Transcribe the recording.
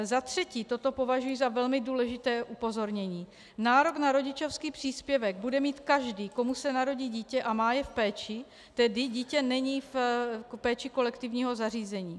Za třetí a toto považuji za velmi důležité upozornění: Nárok na rodičovský příspěvek bude mít každý, komu se narodí dítě a má je v péči, tedy dítě není v péči kolektivního zařízení.